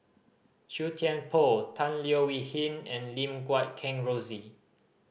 Chua Thian Poh Tan Leo Wee Hin and Lim Guat Kheng Rosie